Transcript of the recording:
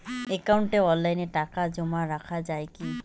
একাউন্টে অনলাইনে টাকা জমা রাখা য়ায় কি?